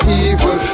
evil